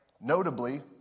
Notably